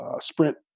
Sprint